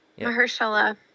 Mahershala